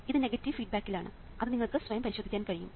ഇത് നെഗറ്റീവ് ഫീഡ്ബാക്കിലാണ് അത് നിങ്ങൾക്ക് സ്വയം പരിശോധിക്കാൻ കഴിയും